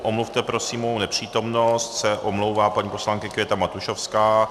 Omluvte prosím moji nepřítomnost se omlouvá paní poslankyně Květa Matušovská.